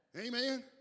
Amen